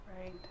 right